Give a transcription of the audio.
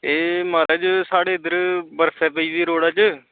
ते म्हाराज साढ़डे इद्धर बर्फ ऐ पेई दी रोड़ै उप्पर